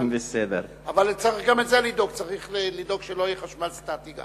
אבל צריך גם לדאוג לזה שלא יהיה חשמל סטטי.